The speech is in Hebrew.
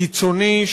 קיצוני,